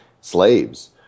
slaves